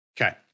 Okay